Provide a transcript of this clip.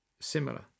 similar